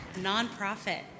nonprofit